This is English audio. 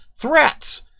threats